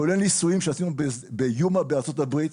כולל ניסויים שעשינו בארצות הברית,